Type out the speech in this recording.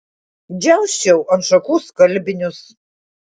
džiausčiau ant šakų skalbinius